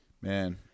Man